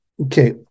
Okay